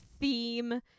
theme